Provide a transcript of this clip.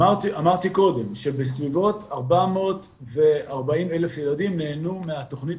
אמרתי קודם שבסביבות 440,000 ילדים נהנו מהתכנית